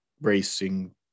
racing